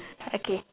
okay